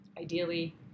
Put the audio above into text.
Ideally